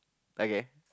okay